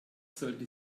sollte